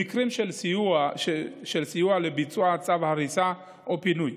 במקרים של סיוע לביצוע צו הריסה או פינוי,